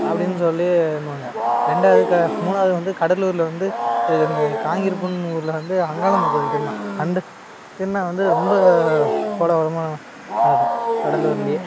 அப்படின்னு சொல்லி இன்னுவாங்க ரெண்டாவது க மூணாவது வந்து கடலூர்ல வந்து எ இந்த காங்கேரிபொன்னூர்ல வந்து அங்காளம்மன் கோயில் திருநாள் அந்த திருநாள் வந்து ரொம்ப கோலாகலமாக நடக்கும் கடலூர்லயே